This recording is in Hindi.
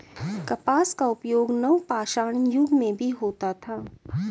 कपास का उपयोग नवपाषाण युग में भी होता था